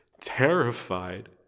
terrified